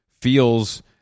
feels